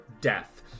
Death